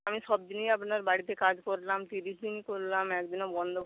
আমি সব দিনই আপনার বাড়িতে কাজ করলাম ত্রিশ দিনই করলাম এক দিনও বন্ধ